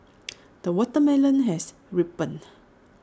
the watermelon has ripened